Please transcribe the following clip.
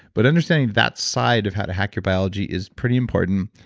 but understanding that side of how to hack your biology is pretty important.